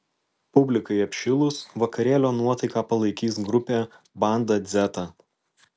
publikai apšilus vakarėlio nuotaiką palaikys grupė banda dzeta